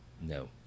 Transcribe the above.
No